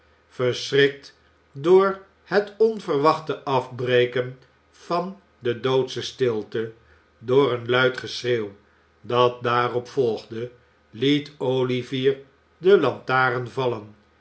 verschrikt door het onverwachte afbreken van de doodsche stilte door een luid geschreeuw dat daarop volgde liet olivier de lantaren vallen